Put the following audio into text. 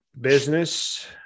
business